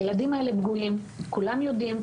הילדים האלה פגועים, כולם יודעים.